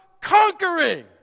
conquering